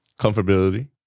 Comfortability